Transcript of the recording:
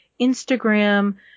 Instagram